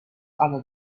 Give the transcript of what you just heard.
other